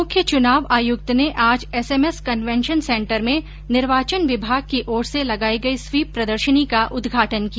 मुख्य चुनाव आयुक्त ने आज एसएमएस कन्वेन्शन सेंटर में निर्वाचन विभाग की ओर से लगाई गई स्वीप प्रदर्शनी का उदघाटन किया